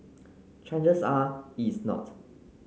chances are is not